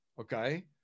Okay